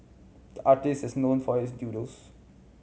the artist is known for his doodles